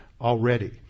already